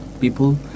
people